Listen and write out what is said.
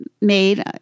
made